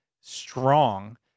strong